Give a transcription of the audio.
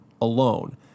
alone